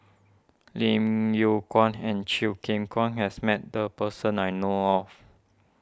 Lim Yew Kuan and Chew Kheng Chuan has met the person I know of